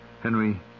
Henry